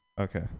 okay